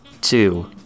two